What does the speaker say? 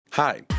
Hi